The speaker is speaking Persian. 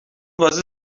واسه